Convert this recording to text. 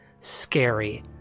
scary